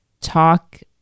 talk